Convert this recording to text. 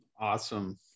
Awesome